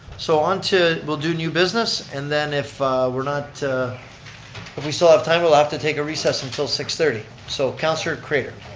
so onto, we'll do new business, and then if we're not, if we still have time, we'll have to take a recess until six thirty. so, councilor craitor.